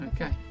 Okay